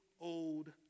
old